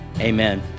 amen